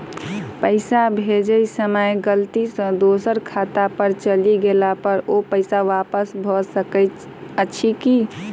पैसा भेजय समय गलती सँ दोसर खाता पर चलि गेला पर ओ पैसा वापस भऽ सकैत अछि की?